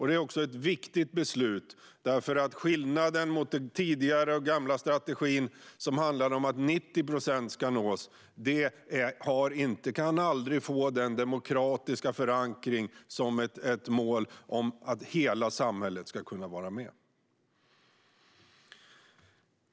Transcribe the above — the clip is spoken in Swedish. Det är också ett viktigt beslut därför att den tidigare och gamla strategin som handlade om att 90 procent ska nås aldrig kan få samma demokratiska förankring som ett mål om att hela samhället ska kunna vara med.